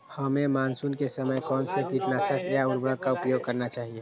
हमें मानसून के समय कौन से किटनाशक या उर्वरक का उपयोग करना चाहिए?